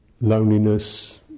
loneliness